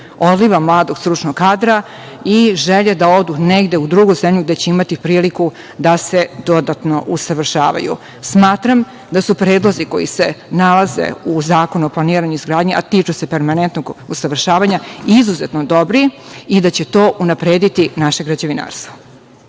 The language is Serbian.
odliva mladog stručnog kadra i želje da odu negde u drugu zemlju gde će imati priliku da se dodatno usavršavaju. Smatram da su predlozi koji se nalaze u Zakonu o planiranju i izgradnji, a tiču se permanentnog usavršavaju izuzetno dobri i da će to unaprediti naše građevinarstvo.